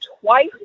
twice